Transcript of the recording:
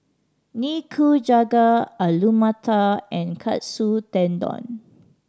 Nikujaga Alu Matar and Katsu Tendon